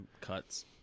cuts